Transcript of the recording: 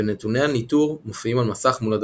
ונתוני הניטור מופיעים על מסך מול הדלפק.